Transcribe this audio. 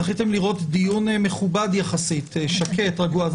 זכיתם לראות דיון מכובד יחסית, שקט, רגוע.